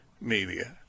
media